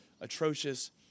atrocious